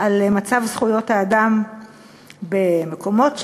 על מצב זכויות האדם במקומות שונים,